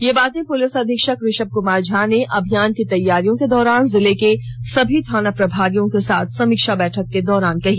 यह बातें पुलिस अधीक्षक ऋशभ कुमार झा ने अभियान की तैयारियों के दौरान जिले के सभी थाना प्रभारियों के साथ समीक्षा र्बैठक के दौरान कही